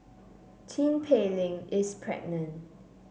Tin Pei Ling is pregnant